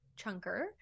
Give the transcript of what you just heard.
chunker